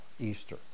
Easter